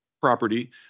property